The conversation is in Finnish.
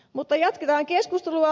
mutta jatketaan keskustelua